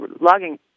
logging